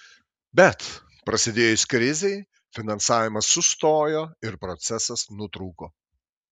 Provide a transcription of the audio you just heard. bet prasidėjus krizei finansavimas sustojo ir procesas nutrūko